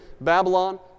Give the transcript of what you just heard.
Babylon